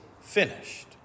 finished